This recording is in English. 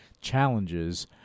challenges